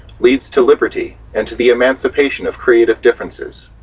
leads to liberty and to the emancipation of creative differences.